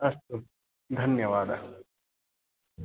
अस्तु धन्यवादः